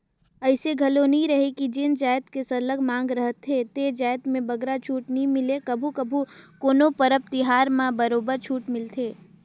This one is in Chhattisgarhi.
अइसे घलो नी रहें कि जेन जाएत के सरलग मांग रहथे ते जाएत में बगरा छूट नी मिले कभू कभू कोनो परब तिहार मन म बरोबर छूट मिलथे